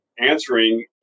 answering